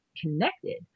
connected